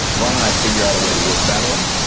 why don't i figure out a way to work that in.